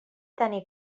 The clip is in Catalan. tenir